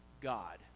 God